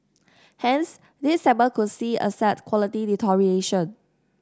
hence this segment could see asset quality deterioration